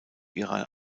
ihrer